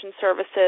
services